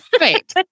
Right